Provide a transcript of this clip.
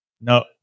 No